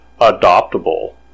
adoptable